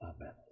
Amen